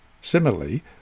Similarly